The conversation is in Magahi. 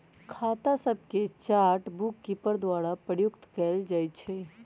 खता सभके चार्ट बुककीपर द्वारा प्रयुक्त कएल जाइ छइ